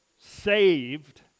saved